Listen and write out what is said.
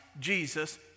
Jesus